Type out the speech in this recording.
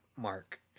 Mark